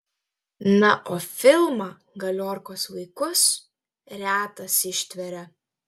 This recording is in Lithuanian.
na o filmą galiorkos vaikus retas ištveria